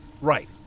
Right